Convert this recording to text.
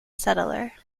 settler